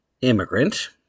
immigrant